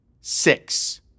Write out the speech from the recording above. Six